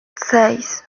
seis